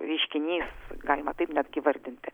reiškinys galima taip netgi vardinti